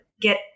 get